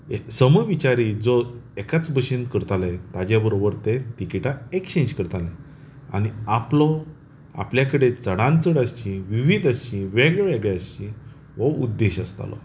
सम विचारी जो एकाच बशेन करताले ताचे बरोबर ते तिकीटाक एक्सचेंज करताले आनी आपलो आपले कडेन चडांत चड आसचीं विविध आसचीं वेगळे वेगळे आसचीं हो उद्देश आसतालो